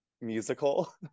musical